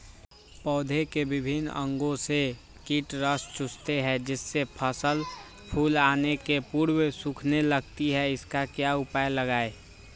पौधे के विभिन्न अंगों से कीट रस चूसते हैं जिससे फसल फूल आने के पूर्व सूखने लगती है इसका क्या उपाय लगाएं?